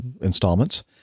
installments